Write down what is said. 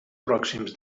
pròxims